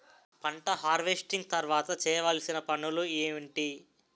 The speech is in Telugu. పంట హార్వెస్టింగ్ తర్వాత చేయవలసిన పనులు ఏంటి?